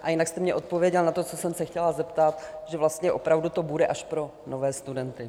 A jinak jste mně odpověděl na to, co jsem se chtěla zeptat, že vlastně opravdu to bude až pro nové studenty.